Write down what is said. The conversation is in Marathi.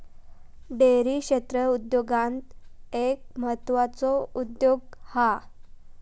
डेअरी क्षेत्र उद्योगांत एक म्हत्त्वाचो उद्योग हा